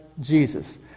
Jesus